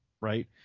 right